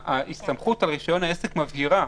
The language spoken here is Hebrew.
ההסתמכות על רישיון העסק מבהירה,